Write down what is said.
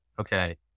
Okay